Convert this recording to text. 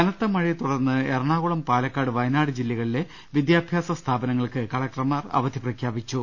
കനത്ത മഴയെ തുടർന്ന് എറണാകുളം പാലക്കാട് വയനാട് ജില്ല കളിലെ വിദ്യാഭ്യാസ സ്ഥാപനങ്ങൾക്ക് കലക്ടർമാർ അവധി പ്രഖ്യാ പിച്ചു